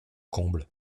comble